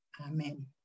Amen